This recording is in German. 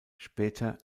später